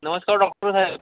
नमस्कार डॉक्टरसाहेब